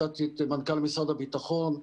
הפתעתי את מנכ"ל משרד הביטחון,